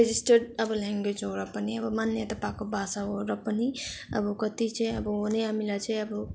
registered अब language हो र पनि मान्यता पाएको भाषा हो र पनि अब कति चाहिँ अब हामीलाई चाहिँ अब